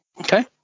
Okay